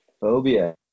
Phobia